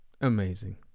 Amazing